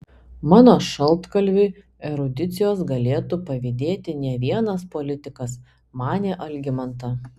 mano šaltkalviui erudicijos galėtų pavydėti ne vienas politikas manė algimanta